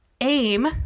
aim